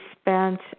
spent